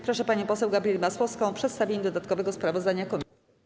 Proszę panią poseł Gabrielę Masłowską o przedstawienie dodatkowego sprawozdania komisji.